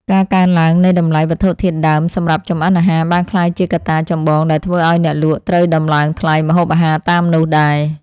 ការកើនឡើងនៃតម្លៃវត្ថុធាតុដើមសម្រាប់ចម្អិនអាហារបានក្លាយជាកត្តាចម្បងដែលធ្វើឱ្យអ្នកលក់ត្រូវដំឡើងថ្លៃម្ហូបអាហារតាមនោះដែរ។